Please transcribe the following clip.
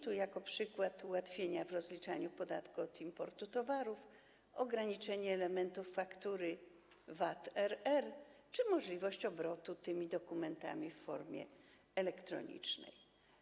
Tu jako przykład są podane ułatwienia w rozliczaniu podatku od importu towarów, ograniczenie elementów faktur VAT RR czy możliwość obrotu tymi dokumentami w formie elektronicznej.